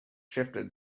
shifted